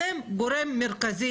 אתם גורם מרכזי,